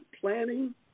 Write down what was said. planning